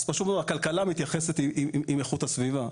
אז הכלכלה מתייחסת עם איכות הסביבה.